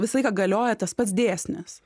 visą laiką galioja tas pats dėsnis